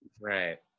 Right